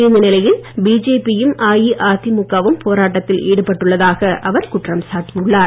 இந்த நிலையில் பிஜேபியம் அஇஅதிமுகவும் போராட்டத்தில் ஈடுபட்டுள்ளதாக அவர் குற்றம் சாட்டினார்